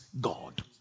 God